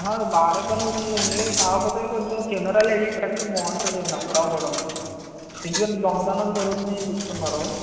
బాగానే పని అవుతుందండి కాకపోతే కొంచెం కెమెరాలు అవి పెడితే బాగుంటుంది అండి అక్కడ కూడాను ఎందుకంటే దొంగతనాలు జరుగుతున్నాయని చెప్తున్నారు